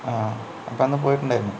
ആ അപ്പം അന്ന് പോയിട്ടുണ്ടായിരുന്നു